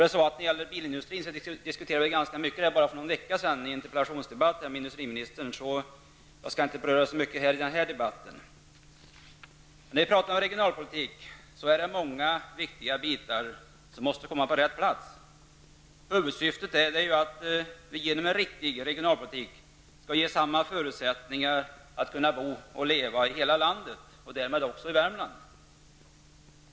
Det är bara någon vecka sedan vi diskuterade bilindustrin i en interpellationsdebatt med industriministern, så jag skall därför inte beröra den frågan så mycket i den här debatten. När vi talar om regionalpolitik är det många viktiga bitar som måste komma på rätt plats. Huvudsyftet är ju att vi genom en riktig regionalpolitik skall ge människor samma förutsättningar att kunna bo och leva i hela landet, och därmed också i Värmland.